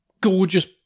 Gorgeous